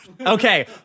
Okay